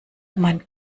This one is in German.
man